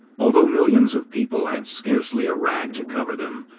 although millions of people had scarcely a rag to cover them,